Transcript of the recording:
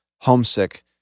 homesick